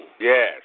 Yes